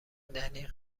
دنی